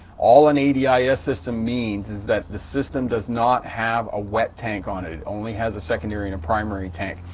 all an adis ah system means is that the system does not have a wet tank on it, only has a secondary and primary tank.